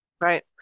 Right